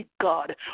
God